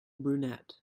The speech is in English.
brunette